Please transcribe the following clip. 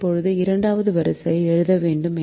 இப்போது இரண்டாவது வரிசையை எழுத வேண்டும்